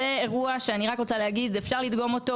זה אירוע שאפשר לדגום אותו,